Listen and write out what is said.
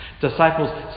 Disciples